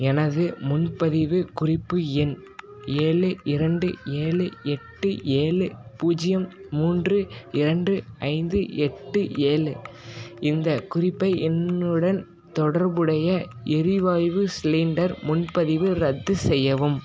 எனது முன்பதிவு குறிப்பு எண் ஏழு இரண்டு ஏழு எட்டு ஏழு பூஜ்ஜியம் மூன்று இரண்டு ஐந்து எட்டு ஏழு இந்த குறிப்பு எண்ணுடன் தொடர்புடைய எரிவாய்வு சிலிண்டர் முன்பதிவை ரத்து செய்யவும்